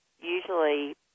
usually